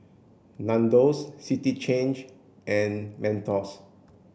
Nandos City Change and Mentos